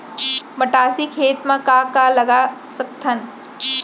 मटासी खेत म का का लगा सकथन?